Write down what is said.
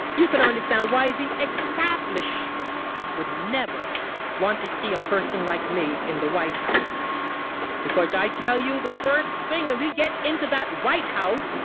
you could understand why the establishment would never want to see a person like me in the white house because i tell you, the first thing when we get into that white house,